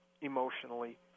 emotionally